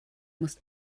muss